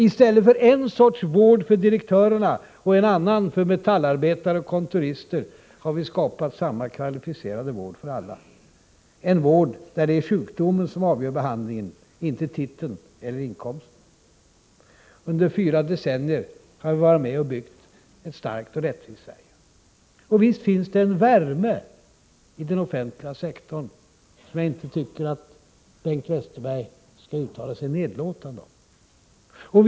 I stället för en sorts vård för direktörer och en annan för metallarbetare och kontorister har vi skapat samma kvalificerade vård för alla, en vård där sjukdomen avgör behandlingen, inte patientens titel eller inkomst. Under fyra decennier har vi varit med och byggt upp ett starkt och rättvist Sverige. Visst finns det en värme i den offentliga sektorn, som jag inte tycker att Bengt Westerberg skall tala så nedlåtande om.